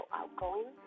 outgoing